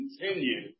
continue